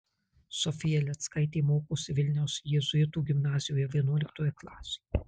sofija lėckaitė mokosi vilniaus jėzuitų gimnazijoje vienuoliktoje klasėje